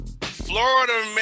Florida